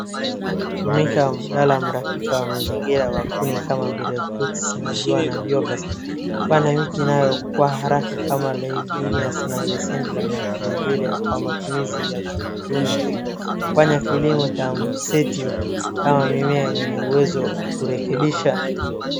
Tumika kama abdala wa rafiki wa mazingira wa kuni kama briquettes na jua na biogas . Panda miti inayokua kwa haraka kama Leucaena , Gliricidia na Calliandra kwa matumizi ya kiuchumi. Fanya kilimo cha mseti kama mimea yenye uwezo wa kurekebisha.